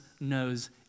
knows